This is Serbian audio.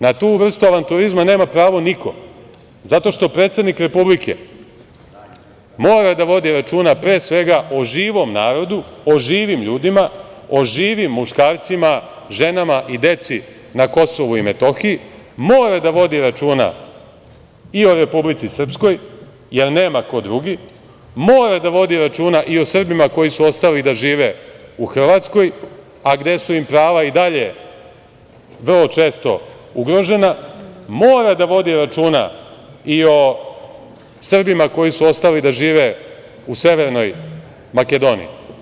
Na tu vrstu avanturizma nema pravo niko, zato što predsednik Republike mora da vodi računa pre svega o živom narodu, o živim ljudima, o živim muškarcima, ženama i deci na Kosovu i Metohiji, mora da vodi računa i o Republici Srpskoj, jer nema ko drugi, mora da vodi računa i o Srbima koji su ostali da žive u Hrvatskoj, a gde su im prava i dalje vrlo često ugrožena, mora da vodi računa i o Srbima koji su ostali da žive u Severnoj Makedoniji.